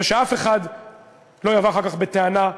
ושאף אחד לא יבוא אחר כך בטענה לישראל.